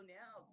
now